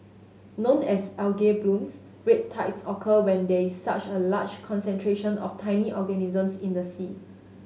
known as algae blooms red tides occur when there is such a large concentration of tiny organisms in the sea